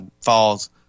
falls